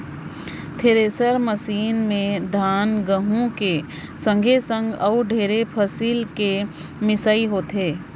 thresher machine में धान, गहूँ के संघे संघे अउ ढेरे फसिल के मिसई होथे